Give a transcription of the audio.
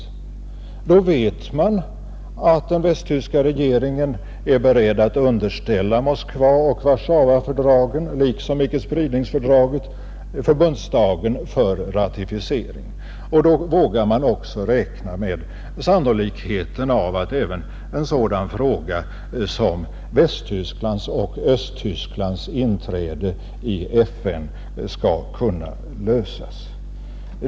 Då vet man att den västtyska regeringen är beredd att underställa Moskvaoch Warszawafördragen liksom icke-spridningsfördraget förbundsdagen för ratificering. Då vågar man också räkna med sannolikheten av att även en sådan fråga som Västtysklands och Östtysklands inträde i FN skall kunna lösas.